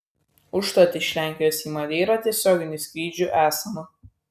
užtat iš lenkijos į madeirą tiesioginių skrydžių esama